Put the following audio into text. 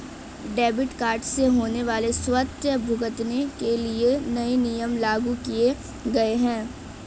debit card से होने वाले स्वतः भुगतान के लिए नए नियम लागू किये गए है